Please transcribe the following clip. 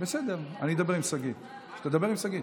אני יכול להפעיל את הזמן?